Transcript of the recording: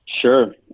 Sure